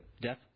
death